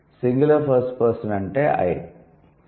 'singular first person' అంటే 'I'